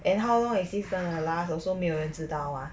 and how long is this going to last also 没有人知道啊